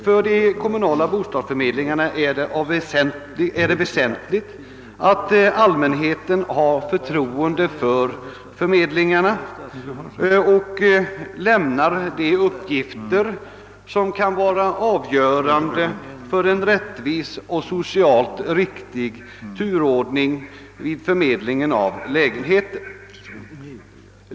För de kommunala bostadsförmedlingarna är det väsentligt att allmänheten hyser förtroende för förmedlingarna och lämnar de uppgifter som kan vara avgörande för en rättvis och socialt riktig turordning vid förmedlingen av lägenheter.